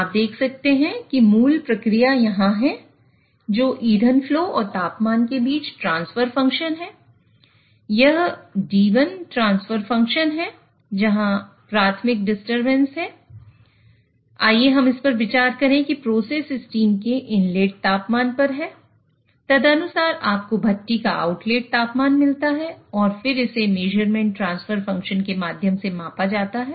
आप देख सकते हैं कि मूल प्रक्रिया यहां है जो ईंधन फ्लोऔर तापमान के बीच ट्रांसफर फंक्शन है